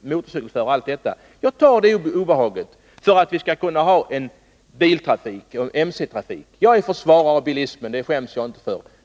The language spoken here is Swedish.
motorcykelförare och annat. Jag tar det obehaget för att vi skall kunna ha biltrafik och en motorcykeltrafik. Jag försvarar bilismen — och det skäms jag inte för.